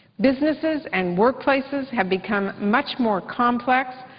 businesses and workplaces have become much more complex.